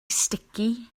sticky